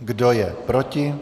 Kdo je proti?